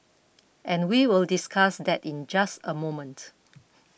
and we will discuss that in just a moment